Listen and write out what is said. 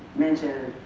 mention